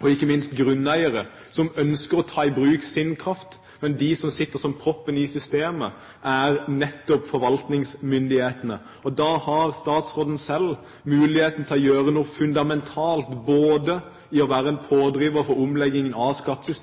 og ikke minst grunneiere, som ønsker å ta i bruk sin kraft. Men de som sitter som proppen i systemet, er nettopp forvaltningsmyndighetene. Da har statsråden selv muligheten til å gjøre noe fundamentalt ved å være en pådriver for omlegging av